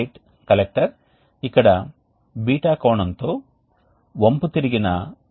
మేము చెప్పినట్లుగా మ్యాట్రిక్స్ స్థిరంగా ఉండవచ్చు లేదా మ్యాట్రిక్స్ ఒక విధమైన భ్రమణాన్ని కలిగి ఉండవచ్చు